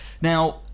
Now